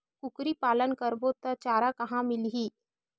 कुकरी पालन करबो त चारा कहां मिलही?